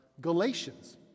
Galatians